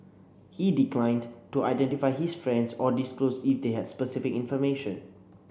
he declined to identify his friends or disclose if they had specific information